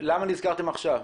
למה נזכרתם עכשיו?